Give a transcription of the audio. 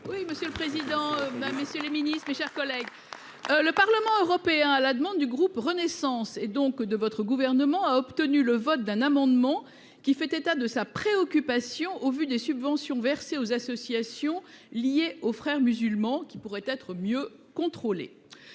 Oui, monsieur le président, Mesdames, messieurs les ministres, mes chers collègues. Le Parlement européen à la demande du groupe Renaissance et donc de votre gouvernement a obtenu le vote d'un amendement qui fait état de sa préoccupation au vu des subventions versées aux associations liées aux Frères musulmans qui pourraient être mieux contrôlés.